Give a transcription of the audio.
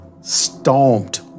stomped